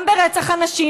גם ברצח הנשים,